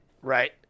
Right